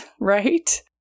right